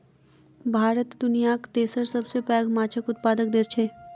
भारत दुनियाक तेसर सबसे पैघ माछक उत्पादक देस छै